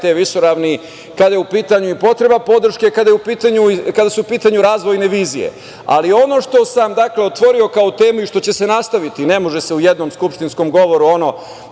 te visoravni, kada je u pitanju i potreba podrške i kada su u pitanju razvojne vizije. Ali ono što sam otvorio kao temu i što će se nastaviti, ne može se u jednom skupštinskom govoru ono